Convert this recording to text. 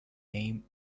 name